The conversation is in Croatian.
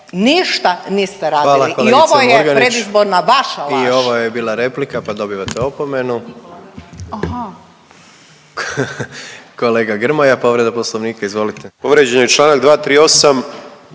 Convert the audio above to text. Ništa niste radili i ovo je predizborna vaša laž.